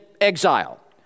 exile